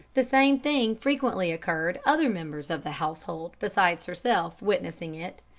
the same thing frequently occurred, other members of the household besides herself witnessing it,